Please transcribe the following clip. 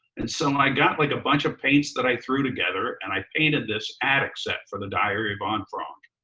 and so i got like a bunch of paints that i threw together and i painted this attic set for the diary of anne ah and frank.